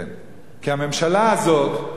כן, כי הממשלה הזאת,